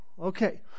okay